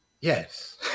Yes